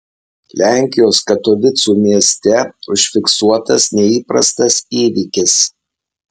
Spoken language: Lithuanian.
lenkijos katovicų mieste užfiksuotas neįprastas įvykis